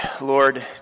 Lord